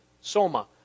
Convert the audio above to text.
Soma